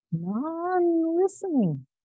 non-listening